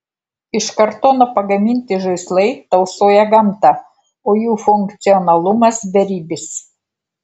iš kartono pagaminti žaislai tausoja gamtą o jų funkcionalumas beribis